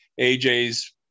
AJ's